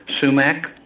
Sumac